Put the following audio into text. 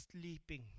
sleeping